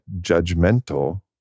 judgmental